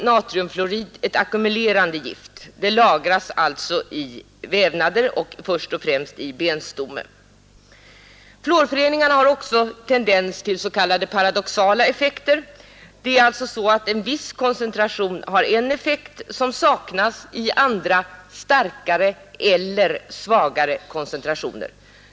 Natriumfluorid är ett ackumulerande gift. Det lagras i kroppen, först och främst i benstommen. Fluorföreningar har också tendens till s.k. paradoxala effekter. En viss koncentration har en effekt som saknas i andra starkare eller svagare koncentrationer.